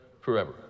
Forever